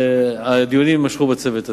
הדיונים יימשכו בצוות הזה.